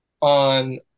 on